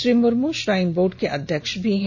Shri Murmu shrine board के अध्यक्ष भी हैं